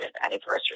anniversary